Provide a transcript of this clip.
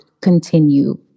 continue